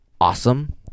awesome